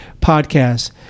podcast